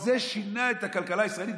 זה שינה את הכלכלה הישראלית.